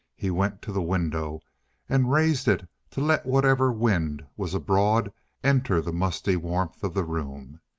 he went to the window and raised it to let whatever wind was abroad enter the musty warmth of the room.